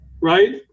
right